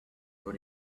for